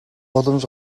боломж